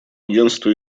агентство